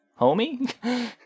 homie